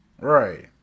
Right